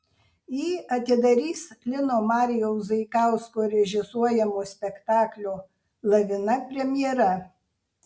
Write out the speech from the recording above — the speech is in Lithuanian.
jį atidarys lino marijaus zaikausko režisuojamo spektaklio lavina premjera